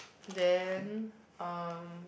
then um